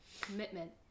commitment